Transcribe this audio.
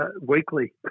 weekly